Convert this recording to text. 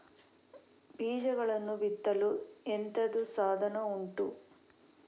ಬೀಜಗಳನ್ನು ಬಿತ್ತಲು ಎಂತದು ಸಾಧನ ಉಂಟು?